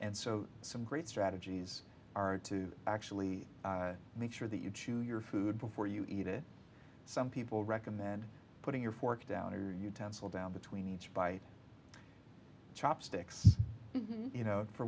and so some great strategies are to actually make sure that you choose your food before you eat it some people recommend putting your fork down or utensil down between each bite chopsticks you know for